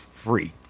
free